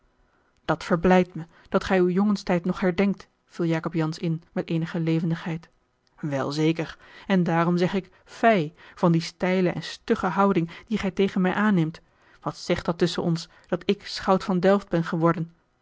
dat verblijdt me dat gij uw jongenstijd nog herdenkt viel jacob jansz in met eenige levendigheid wel zeker en daarom zeg ik fij van die steile en stugge houding die gij tegen mij aanneemt wat zegt dat tusschen ons dat ik schout van delft ben geworden